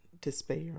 despair